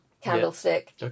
Candlestick